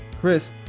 Chris